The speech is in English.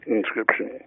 inscription